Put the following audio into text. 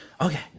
okay